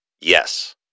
Yes